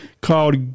called